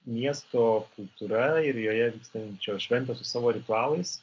miesto kultūra ir joje vykstančios šventės su savo ritualais